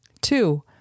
Two